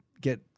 get